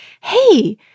hey